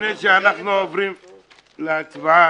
לפני שאנחנו עוברים להצבעה,